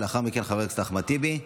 לאחר מכן, חבר הכנסת אחמד טיבי,